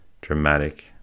dramatic